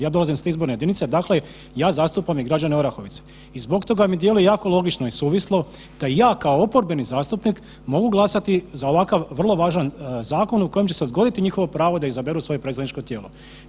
Ja dolazim s te izborne jedinice, dakle ja zastupam i građane Orahovice i zbog toga mi djeluje jako logično i suvislo da ja kao oporbeni zastupnik mogu glasati za ovakav vrlo važan zakon u kojem će se odgoditi njihovo pravo da izaberu svoje predstavničko tijelo.